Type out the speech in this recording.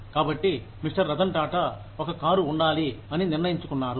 కాబట్టి మిస్టర్ రతన్ టాటా ఒక కారు ఉండాలి అని నిర్ణయించుకున్నారు